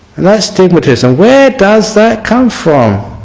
and that stigmatism where does that come from?